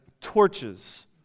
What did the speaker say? torches